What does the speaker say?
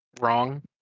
wrong